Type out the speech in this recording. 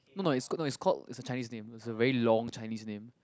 no no is good no is called is a Chinese name is a very long Chinese name